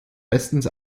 bestens